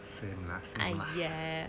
same lah same lah